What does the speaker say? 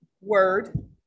word